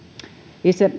itse